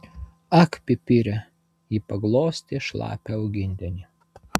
ak pipire ji paglostė šlapią augintinį